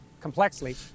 complexly